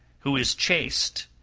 who is chaste,